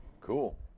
cool